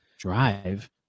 Drive